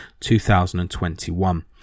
2021